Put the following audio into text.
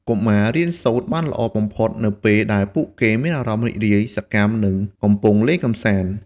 កុមាររៀនសូត្របានល្អបំផុតនៅពេលដែលពួកគេមានអារម្មណ៍រីករាយ សកម្ម និងកំពុងលេងកម្សាន្ត។